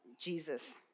Jesus